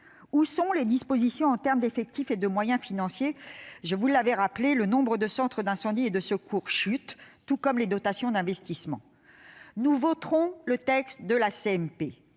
Où sont les dispositions relatives aux effectifs et aux moyens financiers ? Je vous l'avais rappelé, le nombre de centres d'incendie et de secours chute, tout comme les dotations d'investissement. Nous voterons le texte élaboré